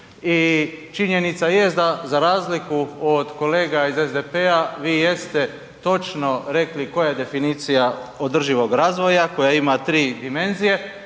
I činjenica jest da za razliku od kolega SDP-a vi jeste točno rekli koja je definicija održivog razvoja koja ima 3 dimenzije,